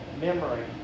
memory